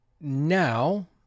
Now